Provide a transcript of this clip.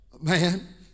man